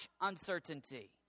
uncertainty